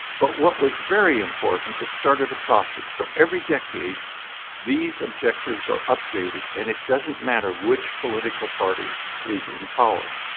but what was very important it started a process so every decade these objectives are updated and it doesn't matter which political party is in power.